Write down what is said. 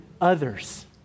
others